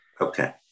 Okay